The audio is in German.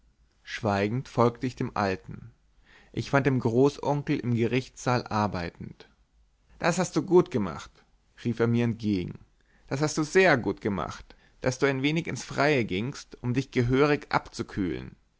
schweigend folgte ich dem alten ich fand den großonkel im gerichtssaal arbeitend das hast du gut gemacht rief er mir entgegen das hast du sehr gut gemacht daß du ein wenig ins freie gingst um dich gehörig abzukühlen